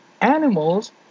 animals